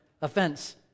offense